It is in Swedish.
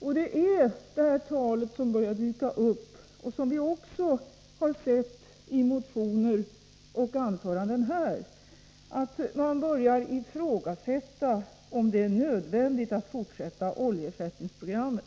och det är det tal som börjar dyka upp-som vi också har sett och hört i motioner och anföranden här i riksdagen — och som innebär att man börjar ifrågasätta om det är nödvändigt att fortsätta oljeersättningsprogrammet.